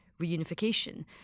reunification